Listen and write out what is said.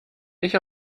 ich